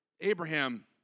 Abraham